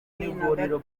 n’ivuriro